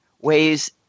ways